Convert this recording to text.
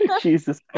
Jesus